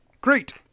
Great